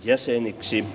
jäseniksi